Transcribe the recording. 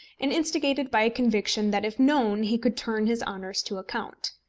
and instigated by a conviction that if known he could turn his honours to account.